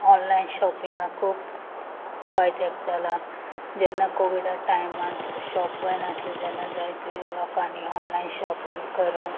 online शॉपिंगा खूप फायद्याक जालां जेन्ना कोविडा टायमार शॉप बंद आसलें तेन्ना जायते लोकांनी ऑनलायन शॉपींग करूंक